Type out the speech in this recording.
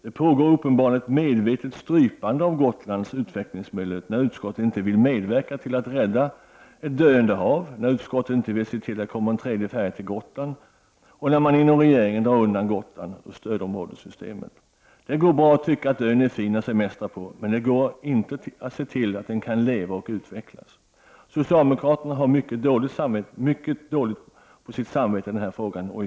Det pågår uppenbarligen ett medvetet strypande av Gotlands utvecklingsmöjligheter när utskottet inte vill medverka till att rädda ett döende hav, när utskottet inte vill se till att det kommer en tredje färja till Gotland och när man inom regeringen drar undan Gotland ur stödområdessystemet. Det går bra att tycka att ön är fin att semestra på, men det går inte att se till att den kan leva och utvecklas. Socialdemokraterna och moderaterna har mycket på sitt samvete i dessa frågor.